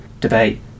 debate